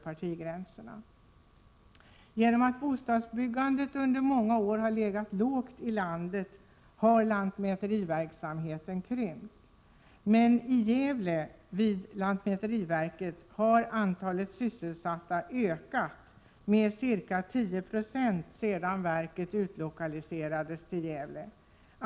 På grund av att bostadsbyggandet under många år har legat lågt i landet har lantmäteriverksamheten krympt. Men vid lantmäteriverket har antalet sysselsatta ökat med ca 10 96 sedan verket utlokaliserades till Gävle.